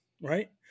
right